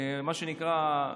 מה שנקרא,